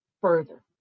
further